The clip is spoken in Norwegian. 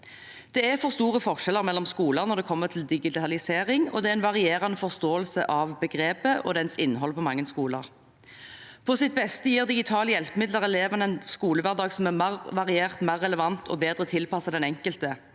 Det er for store forskjeller mellom skoler når det gjelder digitalisering, og det er en varierende forståelse av begrepet og dets innhold på mange skoler. På sitt beste gir digitale hjelpemidler elevene en skolehverdag som er mer variert, mer relevant og bedre tilpasset den enkelte.